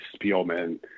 Spielman